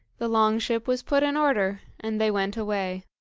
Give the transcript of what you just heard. the long-ship was put in order, and they went away.